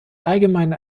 allgemein